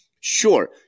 Sure